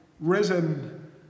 risen